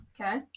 okay